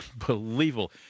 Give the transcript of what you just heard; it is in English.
Unbelievable